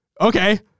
okay